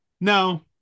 No